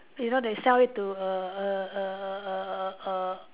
you know they sell it to a a a a a a a